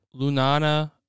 Lunana